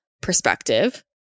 perspective